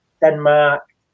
Denmark